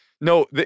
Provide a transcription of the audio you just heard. No